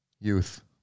Youth